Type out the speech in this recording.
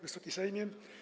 Wysoki Sejmie!